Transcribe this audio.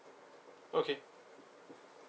okay